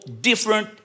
different